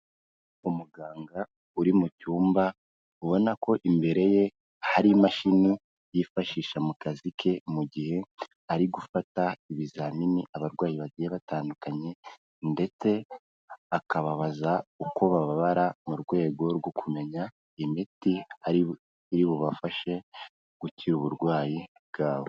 Umuganga uri mu cyumba ubona ko imbere ye hari imashini yifashisha mu kazi ke, mu gihe ari gufata ibizamini abarwayi bagiye batandukanye, ndetse akababaza uko bababara, mu rwego rwo kumenya imiti iri bubafashe gukira uburwayi bwabo.